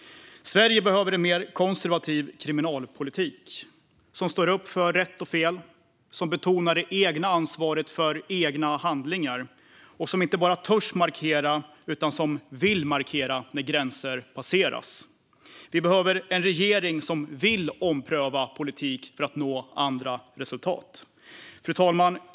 Sverige behöver en mer konservativ kriminalpolitik som står upp för rätt och fel, som betonar det egna ansvaret för egna handlingar och som inte bara törs markera utan som vill markera när gränsen passeras. Vi behöver en regering som vill ompröva politik för att nå andra resultat. Fru talman!